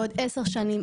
בעוד עשר שנים,